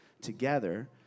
together—